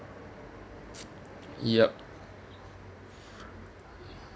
yup